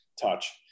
touch